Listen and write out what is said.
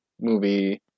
movie